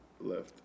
left